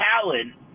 talent